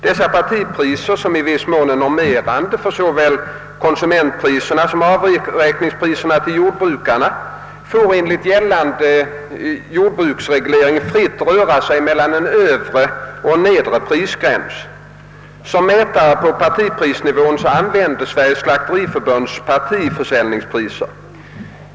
Dessa partipriser, som i viss mån är normerande för såväl konsumentpriserna som avräkningspriserna till jordbrukarna, får enligt gällande jordbruksreglering fritt röra sig mellan en övre och en nedre prisgräns. Som mätare på partiprisnivån används Sveriges slakteriförbunds partiförsäljningspris.